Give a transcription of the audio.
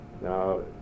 Now—